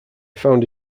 found